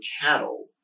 cattle